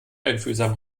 einfühlsam